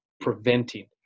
preventing